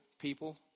people